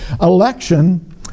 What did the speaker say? Election